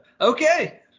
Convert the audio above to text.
Okay